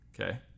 Okay